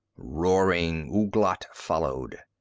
roaring, ouglat followed.